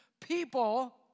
people